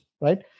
right